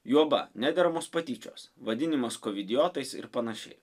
juoba nederamos patyčios vadinimas kovidijotais ir panašiai